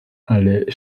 alle